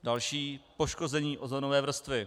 Další poškození ozónové vrstvy.